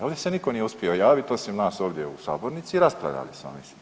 Ovdje se nitko nije uspio javiti osim nas ovdje u sabornici i raspravljali smo.